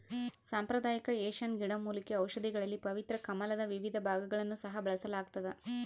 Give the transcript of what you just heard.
ಸಾಂಪ್ರದಾಯಿಕ ಏಷ್ಯನ್ ಗಿಡಮೂಲಿಕೆ ಔಷಧಿಗಳಲ್ಲಿ ಪವಿತ್ರ ಕಮಲದ ವಿವಿಧ ಭಾಗಗಳನ್ನು ಸಹ ಬಳಸಲಾಗ್ತದ